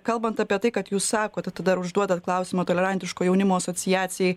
kalbant apie tai kad jūs sakot tai dar užduodat klausimą tolerantiško jaunimo asociacijai